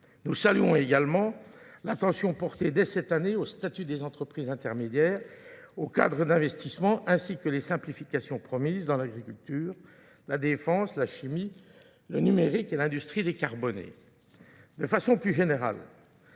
Nous saluons également l'attention portée dès cette année au statut des entreprises intermédiaires, au cadre d'investissements ainsi que les simplifications promises dans l'agriculture, la défense, la chimie, le numérique et l'industrie des carbonés. De façon plus générale,